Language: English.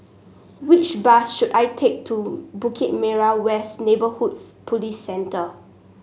which bus should I take to Bukit Merah West Neighbourhood Police Centre